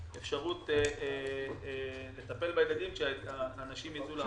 אפשרות לטפל בילדים כדי שהנשים שייצאו לעבודה.